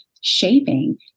shaping